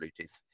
Bluetooth